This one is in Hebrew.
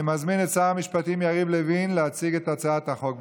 אני מזמין את שר המשפטים יריב לוין להציג את הצעת החוק.